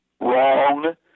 Wrong